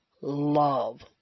love